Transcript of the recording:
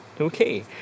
Okay